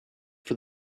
for